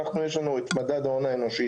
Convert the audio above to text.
אנחנו יש לנו את מדד ההון האנושי,